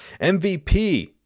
MVP